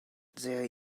there